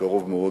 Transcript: בקרוב מאוד,